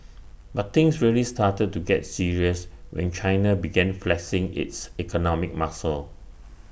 but things really started to get serious when China began flexing its economic muscle